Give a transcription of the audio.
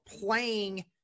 playing